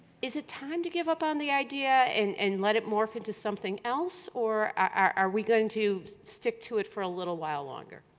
is it time to give up on the idea and and let it morph into something else? or are we going to stick to it for a little while longer?